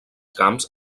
camps